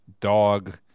dog